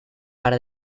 par